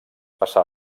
passà